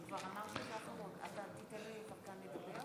ברשות אדוני היושב בראש,